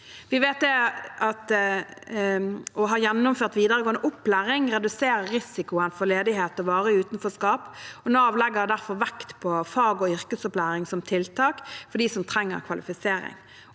Vi vet at det å ha gjennomført videregående opplæring reduserer risikoen for ledighet og varig utenforskap. Nav legger derfor vekt på fag- og yrkesopplæring som tiltak for dem som trenger kvalifisering.